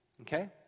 Okay